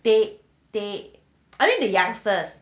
they they I think the youngsters